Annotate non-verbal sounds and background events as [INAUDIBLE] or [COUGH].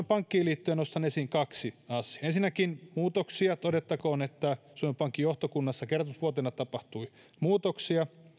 [UNINTELLIGIBLE] pankkiin liittyen nostan esiin kaksi asiaa ensinnäkin todettakoon että suomen pankin johtokunnassa kertomusvuotena tapahtui muutoksia